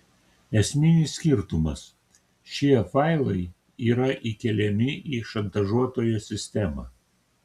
esminis skirtumas šie failai yra įkeliami į šantažuotojo sistemą